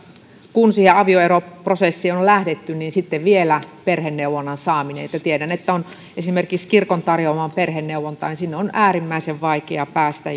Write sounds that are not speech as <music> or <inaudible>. kun siihen avioeroprosessiin on on lähdetty vielä perheneuvonnan saaminen tiedän että on esimerkiksi kirkon tarjoamaa perheneuvontaa mutta sinne on äärimmäisen vaikea päästä <unintelligible>